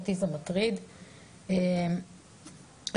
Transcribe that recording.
אותי זה מטריד.